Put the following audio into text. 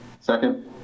Second